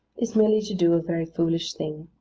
is merely to do a very foolish thing,